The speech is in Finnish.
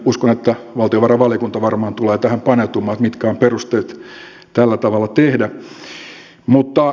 uskon että valtiovarainvaliokunta tulee tähän paneutumaan mitkä ovat perusteet tällä tavalla tehdä